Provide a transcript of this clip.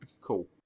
Cool